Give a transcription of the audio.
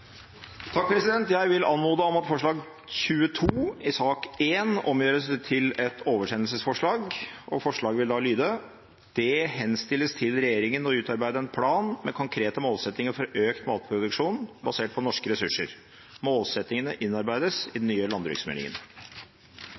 Jeg vil anmode om at forslag nr. 22 i sak nr. 1 omgjøres til et oversendelsesforslag. Forslaget vil da lyde: «Det henstilles til regjeringen å utarbeide en plan med konkrete målsettinger for økt matproduksjon basert på norske ressurser. Målsettingene innarbeides i den nye landbruksmeldingen.»